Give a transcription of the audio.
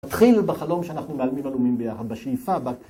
התחיל בחלום שאנחנו מעלמים על אומימביה בשאיפה, ב...